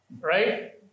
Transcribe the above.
right